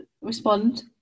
respond